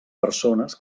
persones